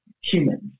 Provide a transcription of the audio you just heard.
humans